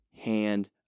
hand